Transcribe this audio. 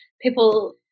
people